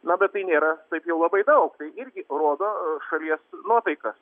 na bet tai nėra taip jau labai daug irgi rodo šalies nuotaikas